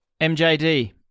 MJD